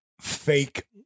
fake